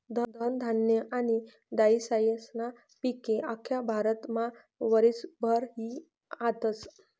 धनधान्य आनी दायीसायीस्ना पिके आख्खा भारतमा वरीसभर ई हातस